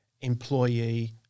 employee